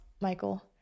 Michael